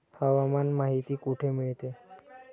हवामान माहिती कुठे मिळते?